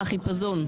מה החיפזון?